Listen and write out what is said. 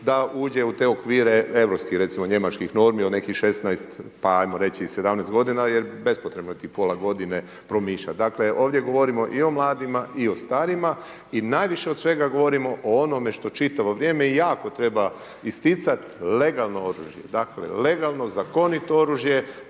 da uđe u te okvire europskih, recimo Njemačkih normi, od nekih 16, pa ajmo reći i 17 g. jer bespotrebno je tih pola godine promišljati. Dakle, ovdje govorimo i o mladima i o starijima i najviše od svega govorimo o onome što čitavo vrijeme i jako treba isticati legalno oružje. Dakle, legalno zakonito oružje,